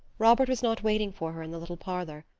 robert was not waiting for her in the little parlor.